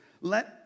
Let